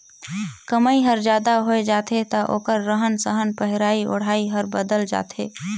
कमई हर जादा होय जाथे त ओखर रहन सहन पहिराई ओढ़ाई हर बदलत जाथे